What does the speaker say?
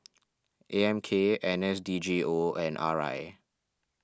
A M K N S D G O and R I